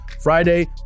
Friday